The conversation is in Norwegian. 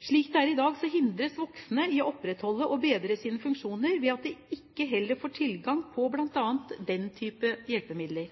Slik det er i dag, hindres voksne i å opprettholde og bedre sine funksjoner ved at de heller ikke får tilgang på bl.a. den type hjelpemidler.